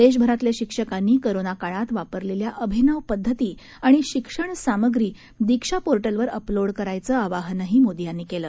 देशभरातल्याशिक्षकांनीकोरोनाकाळातवापरलेल्याअभिनवपद्धतीआणिशिक्षणसामग्रीदीक्षापोर्टलवरअपलोडकरायचंआवाहनही त्यांनीकेलं